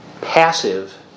passive